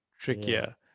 trickier